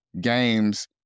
game's